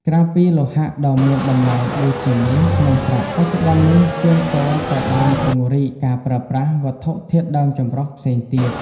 ក្រៅពីលោហៈដ៏មានតម្លៃដូចជាមាស និងប្រាក់ បច្ចុប្បន្ននេះជាងទងក៏បានពង្រីកការប្រើប្រាស់ វត្ថុធាតុដើមចម្រុះ ផ្សេងទៀត។